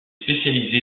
spécialisé